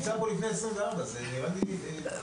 אתה נמצא פה לפני ה-24 זה נראה לי --- לא,